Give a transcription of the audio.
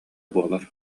буолар